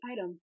item